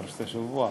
את פרשת השבוע?